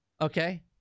Okay